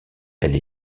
elle